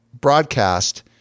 broadcast